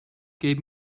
gave